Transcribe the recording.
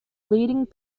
leading